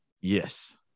yes